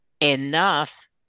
enough